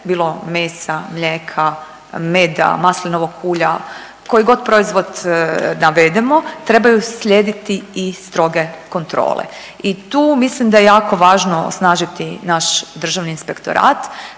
bilo mesa, mlijeka, meda, maslinovog ulja, koji god proizvod navedemo trebaju slijediti i stroge kontrole. I tu mislim da je jako važno osnažiti naš Državni inspektorat,